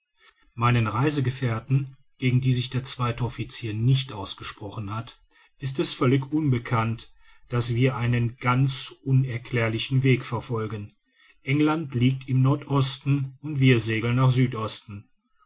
meinen reisegefährten gegen die sich der zweite officier nicht ausgesprochen hat ist es völlig unbekannt daß wir einen ganz unerklärlichen weg verfolgen england liegt im nordosten und wir segeln nach südosten